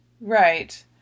Right